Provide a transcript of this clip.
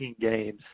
games